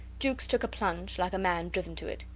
jukes took a plunge, like a man driven to it.